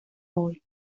hoy